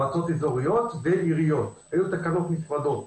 מועצות אזוריות ועיריות, היו תקנות נפרדות.